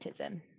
autism